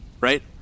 Right